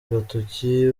agatoki